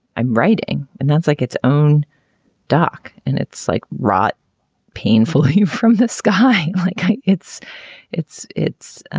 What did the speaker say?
i'm writing and that's like its own doc and it's like rought painful you from the sky, like it's it's it's